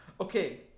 Okay